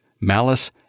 malice